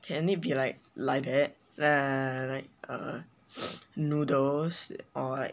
can it be like like that like like like uh noodles or like